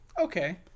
Okay